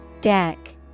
Deck